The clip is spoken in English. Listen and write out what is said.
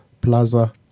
plaza